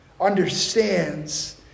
understands